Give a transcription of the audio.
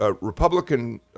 Republican